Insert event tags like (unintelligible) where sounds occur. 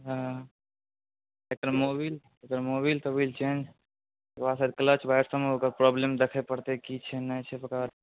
हँ एकर मोबिल एकर मोबिल तोबिल चेंज क्लच (unintelligible) ओकर प्रॉब्लम देखय पड़तै की छै नहि छै तकर बाद